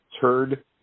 Turd